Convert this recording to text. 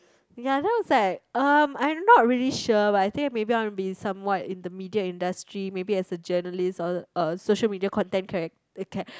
ya then I was like um I'm not really sure but I think maybe I want to be somewhat in the media industry maybe as a journalist or a social media content charac~ cha~